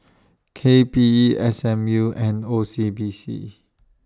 K P E S M U and O C B C